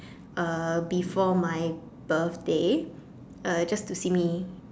uh before my birthday uh just to see me